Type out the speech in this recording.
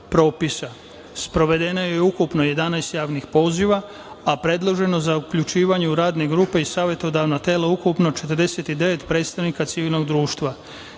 Sprovedeno je ukupno 11 javnih poziva, a predloženo za uključivanje u radne grupe i savetodavna tela ukupno 49 predstavnika civilnog društva.